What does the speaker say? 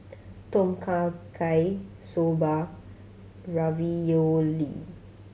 Tom Kha Gai Soba Ravioli